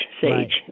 sage